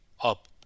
up